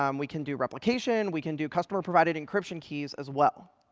um we can do replication. we can do customer-provided encryption keys as well.